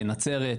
בנצרת,